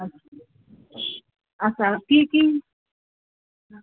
আচ্ছা কী কী